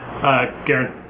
Garen